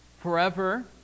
forever